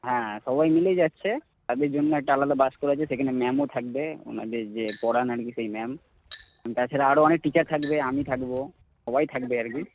হ্যাঁ সবাই মিলেই যাচ্ছে জন্য আলাদা একটা বাস করা হয়েছে সেখানে ম্যামও থাকবে ওনাদের যে পড়ান আর কি সেই ম্যাম তাছাড়া আরো অনেক টিচার থাকবে আমি থাকব সবাই থাকবে আর কি